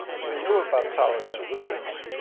we knew about solid solutions,